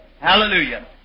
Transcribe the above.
Hallelujah